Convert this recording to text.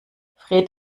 fred